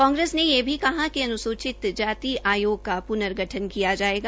कांग्रेस ने यह भी बताया कि अनुसूचित जाति आयोग का पुर्नगठन किया जायेगा